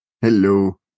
Hello